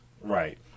Right